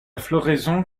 floraison